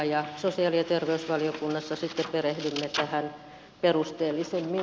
sosiaali ja terveysvaliokunnassa sitten perehdymme tähän perusteellisemmin